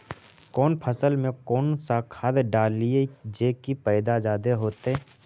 कौन फसल मे कौन सा खाध डलियय जे की पैदा जादे होतय?